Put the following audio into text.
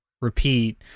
repeat